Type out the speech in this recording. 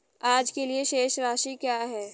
आज के लिए शेष राशि क्या है?